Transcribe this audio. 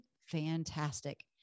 fantastic